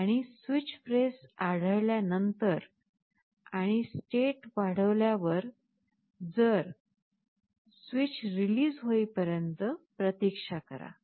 आणि switch press आढळल्यानंतर आणि स्टेट वाढवल्या वर स्विच रिलीज होईपर्यंत प्रतीक्षा करा